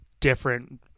different